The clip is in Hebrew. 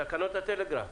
תקנות הטלגרף,